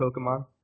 Pokemon